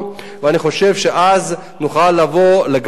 ואני חושב שאז נוכל לבוא לגמר,